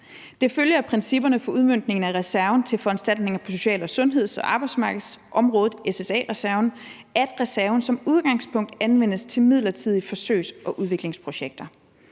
Det følger af principperne for udmøntningen af reserven til foranstaltninger på social-, sundheds- og arbejdsmarkedsområdet, SSA-reserven, at reserven som udgangspunkt anvendes til midlertidige forsøgs- og udviklingsprojekter.